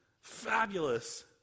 Fabulous